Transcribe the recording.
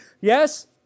Yes